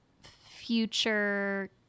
future